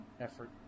effort